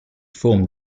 formed